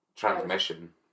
Transmission